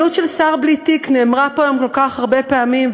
עלות של שר בלי תיק נאמרה פה היום כל כך הרבה פעמים,